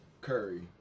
Curry